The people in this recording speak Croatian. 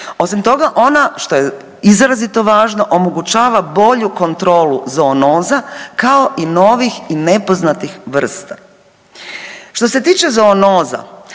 Osim toga ona što je izrazito važno omogućava bolju kontrolu zoonoza kao i novih i nepoznatih vrsta. Što se tiče zoonoza